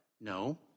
No